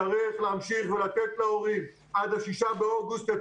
צריך להמשיך ולתת להורים עד השישה באוגוסט את